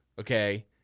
okay